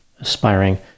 aspiring